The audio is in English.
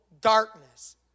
darkness